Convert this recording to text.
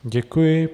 Děkuji.